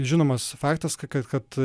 žinomas faktas kad kad